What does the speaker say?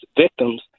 victims